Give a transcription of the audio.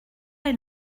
est